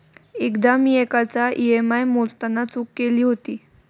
एकदा मी एकाचा ई.एम.आय मोजताना चूक केली होती